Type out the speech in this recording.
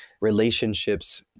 Relationships